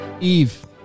Eve